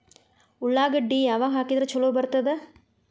ಉಳ್ಳಾಗಡ್ಡಿ ಯಾವಾಗ ಹಾಕಿದ್ರ ಛಲೋ ಬರ್ತದ?